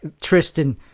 Tristan